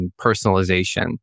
personalization